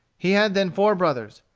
he had then four brothers.